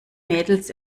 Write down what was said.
mädels